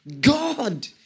God